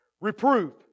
Reprove